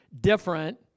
different